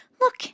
Look